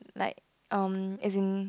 like um as in